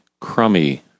crummy